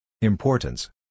Importance